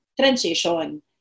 transition